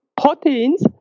proteins